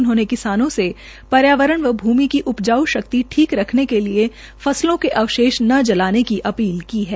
उन्होंने किसानो से पर्यावरण व भूमि की उपजाऊ शक्ति ठीक रखने के लिए फस्लों के अवशेष न जलाने की अपील की है